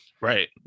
Right